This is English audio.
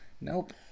Nope